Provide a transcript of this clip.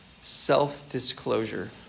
self-disclosure